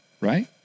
right